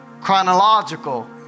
chronological